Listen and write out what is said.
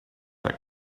that